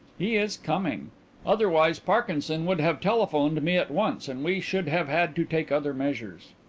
he is coming otherwise parkinson would have telephoned me at once and we should have had to take other measures.